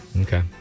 Okay